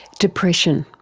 depression,